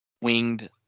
winged